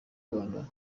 rwanda